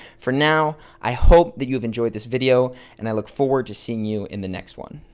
for now, i hope that you've enjoyed this video and i look forward to seeing you in the next one.